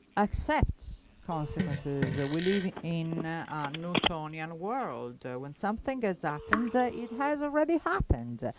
accept consequences. ah we live in a newtonian world. when something has happened, it has already happened.